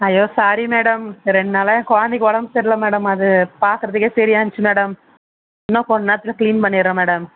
ஐய்யோ sorry madam ரெண்டு நாளாக என் குழந்தைக்கு உடம்பு சரி இல்லை மேடம் அது பார்க்குறதுக்கே சரியா இருந்துச்சு மேடம் இன்னோம் கொஞ்ச நேரத்தில் கிளீன் பண்ணிடுறேன் மேடம்